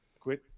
Quit